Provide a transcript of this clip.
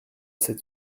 cette